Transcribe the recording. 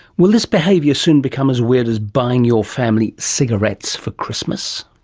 will this behaviour soon become as weird as buying your family cigarettes for christmas?